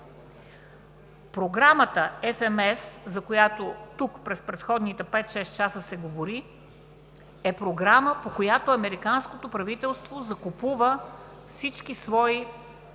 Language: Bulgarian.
Програмата FMS, за която тук през предходните пет-шест часа се говори, е Програма, по която американското правителство закупува всички свои